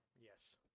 yes